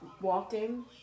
walking